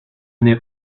n’ai